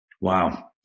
Wow